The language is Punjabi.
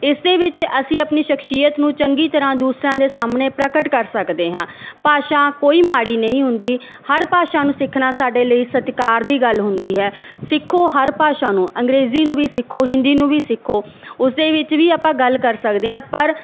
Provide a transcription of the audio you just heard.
ਇਸ ਦੇ ਵਿੱਚ ਅਸੀਂ ਆਪਣੀ ਸ਼ਖਸ਼ੀਅਤ ਨੂੰ ਚੰਗੀ ਤਰ੍ਹਾਂ ਦੂਸਰਿਆਂ ਦੇ ਸਾਹਮਣੇ ਪ੍ਰਕਟ ਕਰ ਸਕਦੇ ਹਾਂ ਭਾਸ਼ਾ ਕੋਈ ਮਾੜੀ ਨਹੀਂ ਹੁੰਦੀ ਹਰ ਭਾਸ਼ਾ ਨੂੰ ਸਿੱਖਣਾ ਸਾਡੇ ਲਈ ਸਤਿਕਾਰ ਦੀ ਗੱਲ ਹੁੰਦੀ ਹੈ ਸਿੱਖੋ ਹਰ ਭਾਸ਼ਾ ਨੂੰ ਅੰਗਰੇਜ਼ੀ ਨੂੰ ਵੀ ਸਿੱਖੋ ਹਿੰਦੀ ਨੂੰ ਵੀ ਸਿੱਖੋ ਉਸਦੇ ਵਿੱਚ ਵੀ ਆਪਾਂ ਗੱਲ ਕਰ ਸਕਦੇ ਹਾਂ ਪਰ